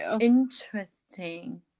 interesting